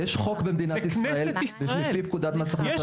יש חוק במדינת ישראל לפי פקודת מס הכנסה,